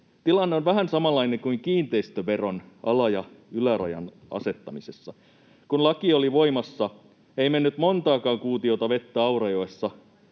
Tilanne on vähän samanlainen kuin kiinteistöveron ala- ja ylärajan asettamisessa. Kun laki oli voimassa, ei mennyt montaakaan kuutiota vettä Aurajoessa,